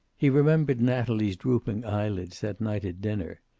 he remembered natalie's drooping eyelids that night at dinner.